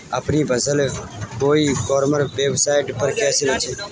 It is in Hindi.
अपनी फसल को ई कॉमर्स वेबसाइट पर कैसे बेचें?